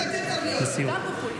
חבר הכנסת כהן, לסיום.